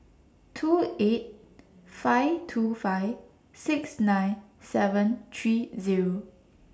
two eight five two five six nine seven three Zero